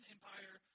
Empire